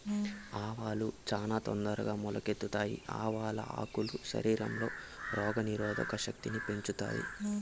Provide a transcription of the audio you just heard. ఆవాలు చానా తొందరగా మొలకెత్తుతాయి, ఆవాల ఆకులు శరీరంలో రోగ నిరోధక శక్తిని పెంచుతాయి